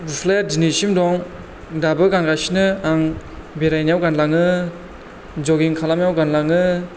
गुस्लाया दिनैसिम दं दाबो गानगासिनो आं बेरायनायाव गानलाङो ज'गिं खालामनायाव गानलाङो